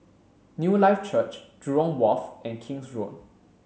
Newlife Church Jurong Wharf and King's Road